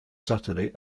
saturday